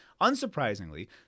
Unsurprisingly